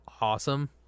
awesome